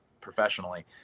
professionally